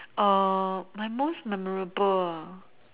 err my most memorable ah